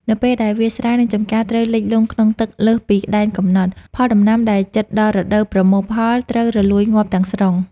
នៅពេលដែលវាលស្រែ និងចម្ការត្រូវលិចលង់ក្នុងទឹកលើសពីដែនកំណត់ ផលដំណាំដែលជិតដល់រដូវប្រមូលផលត្រូវរលួយងាប់ទាំងស្រុង។